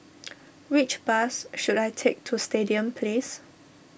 which bus should I take to Stadium Place